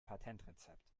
patentrezept